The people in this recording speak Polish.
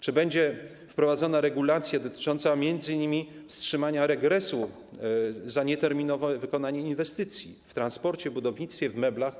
Czy będzie wprowadzona regulacja dotycząca m.in. wstrzymania regresu za nieterminowe wykonanie inwestycji w transporcie, budownictwie i przemyśle meblowym?